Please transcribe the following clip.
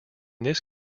this